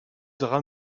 drap